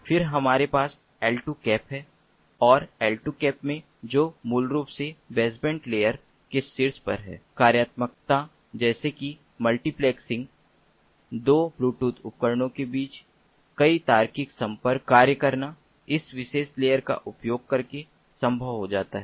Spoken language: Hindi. फिर हमारे पास एल2 कैप है और एल2 कैप में जो मूल रूप से बेसबैंड लेयर के शीर्ष पर है कार्यात्मकता जैसे कि मल्टीप्लेक्सिंग 2 ब्लूटूथ उपकरणों के बीच कई तार्किक संपर्क कार्य करना इस विशेष लेयर का उपयोग करके संभव हो जाता है